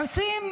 עושים